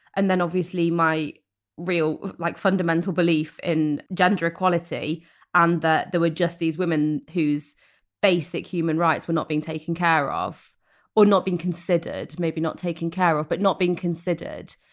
and then obviously my real like fundamental belief in gender equality and that there were just these women whose basic human rights were not being taken care of or not being considered maybe not taking care of but not being considered.